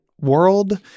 world